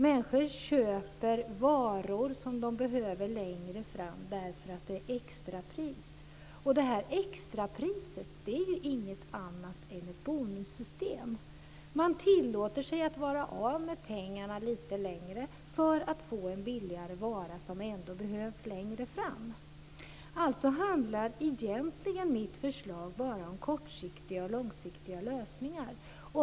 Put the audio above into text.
Människor köper varor som de behöver längre fram därför att det är extrapris. Det här extrapriset är ju inget annat än ett bonussystem. Man tillåter sig att vara av med pengarna lite längre för att få en billigare vara som ändå behövs längre fram. Mitt förslag handlar alltså egentligen om kortsiktiga och långsiktiga lösningar.